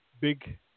big